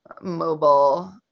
mobile